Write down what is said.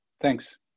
Thanks